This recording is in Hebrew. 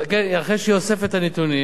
אחרי שהיא אוספת את הנתונים,